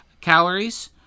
calories